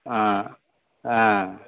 ஆ ஆ